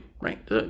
right